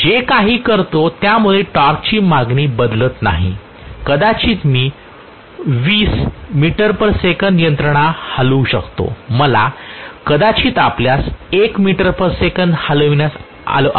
जे काही करतो त्यामुळे टॉर्कची मागणी बदलत नाही कदाचित मी 20 मीटर सेकंदात यंत्रणा हलवू इच्छितो मला कदाचित आपल्यास 1 मीटर सेकंदात हलण्यास आवडेल